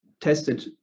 tested